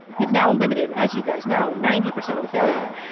you've now limited. as you guys know, ninety percent of the failure rate,